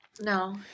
No